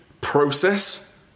process